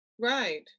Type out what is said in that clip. Right